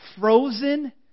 frozen